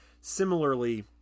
Similarly